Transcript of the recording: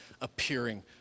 appearing